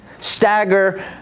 Stagger